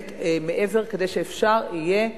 כדי שאפשר יהיה,